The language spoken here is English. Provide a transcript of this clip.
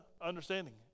understanding